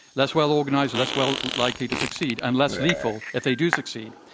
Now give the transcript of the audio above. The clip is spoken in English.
less well organized, less well likely to succeed, and less lethal if they do succeed.